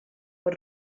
pot